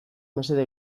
mesede